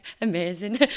amazing